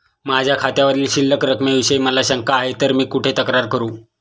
माझ्या खात्यावरील शिल्लक रकमेविषयी मला शंका आहे तर मी कुठे तक्रार करू?